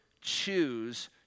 choose